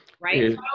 Right